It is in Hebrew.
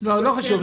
לא חשוב,